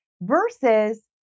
versus